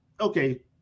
okay